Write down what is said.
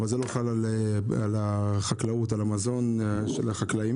אבל זה לא חל על המזון של החקלאים.